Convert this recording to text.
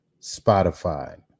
Spotify